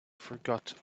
forgot